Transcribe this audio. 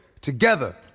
together